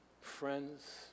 friends